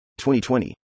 2020